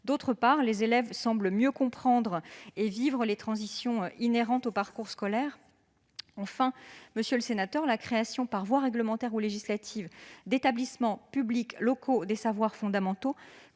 outre, les élèves semblent mieux comprendre et vivre les transitions inhérentes au parcours scolaire. Enfin, la création par voie réglementaire ou législative d'établissements publics locaux des savoirs fondamentaux,